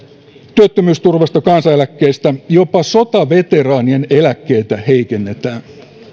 työttömyysturvasta kansaneläkkeistä jopa sotaveteraanien eläkkeitä heikennetään